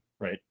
right